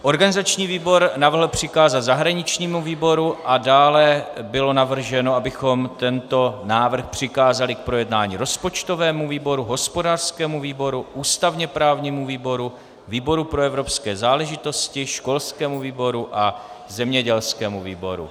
Organizační výbor navrhl přikázat zahraničnímu výboru a dále bylo navrženo, abychom tento návrh přikázali k projednání rozpočtovému výboru, hospodářskému výboru, ústavněprávnímu výboru, výboru pro evropské záležitosti, školskému výboru a zemědělskému výboru.